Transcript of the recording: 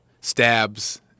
stabs